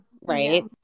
right